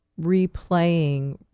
replaying